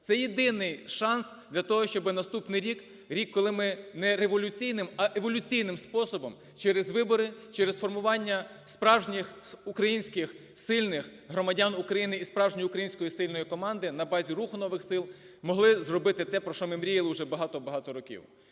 Це єдиний шанс для того, щоб наступний рік, рік, коли ми не революційним, а еволюційним способом, через вибори, через формування справжніх українських сильних громадян України і справжньої української сильної команди на базі "Руху нових сил" могли зробити те, про що ми мріяли уже багато й багато років.